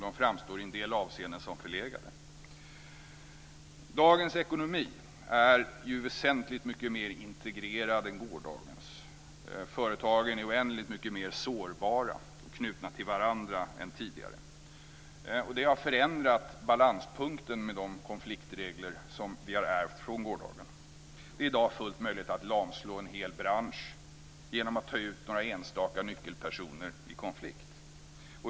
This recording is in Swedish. De framstår i en del avseenden som förlegade. Dagens ekonomi är ju väsentligt mycket mer integrerad än gårdagens. Företagen är oändligt mycket mer sårbara och knutna till varandra än tidigare. Det har förändrat balanspunkten i de konfliktregler som vi har ärvt från gårdagen. Det är i dag fullt möjligt att lamslå en hel bransch genom att ta ut några enstaka nyckelpersoner i konflikt.